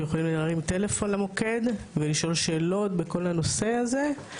שיכולים להרים טלפון למוקד ולשאול שאלות בכל הנושא הזה.